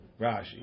Rashi